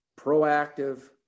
proactive